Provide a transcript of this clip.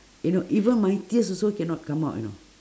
you know even my tears also cannot come out you know